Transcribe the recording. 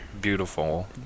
Beautiful